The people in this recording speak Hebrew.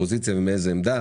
בידיעה